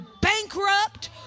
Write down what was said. bankrupt